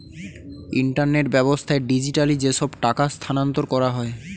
internet ব্যাবস্থায় digitally যেসব টাকা স্থানান্তর করা হয়